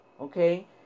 Okay